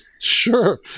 Sure